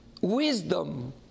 wisdom